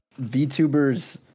VTubers